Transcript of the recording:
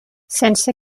sense